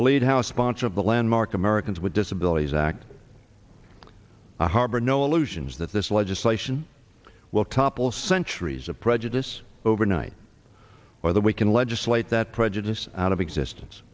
the lead house sponsor of the landmark americans with disabilities act i harbor no illusions that this legislation will topple centuries of prejudice overnight or that we can legislate that prejudice out of existence